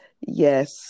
Yes